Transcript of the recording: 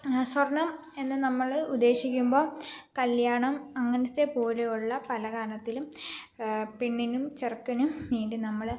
സ്വർണം എന്ന് നമ്മള് ഉദ്ദേശിക്കുമ്പോള് കല്യാണം അങ്ങനത്തെപോലെയുള്ള പല കാരണത്തിലും പെണ്ണിനും ചെറുക്കനും വേണ്ടി നമ്മള്